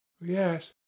Yes